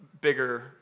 bigger